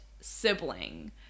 sibling